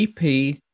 EP